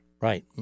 Right